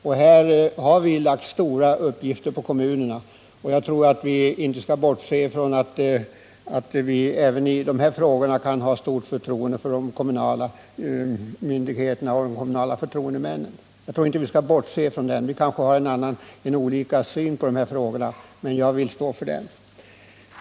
Här har vi varit eniga och lagt stora uppgifter på kommunerna, och jag tror att vi inte skall bortse från att vi även i dessa frågor kan ha stort förtroende för de kommunala myndigheterna och de kommunala förtroendemännen. Vi har kanske olika syn på frågorna, men jag står för denna uppfattning.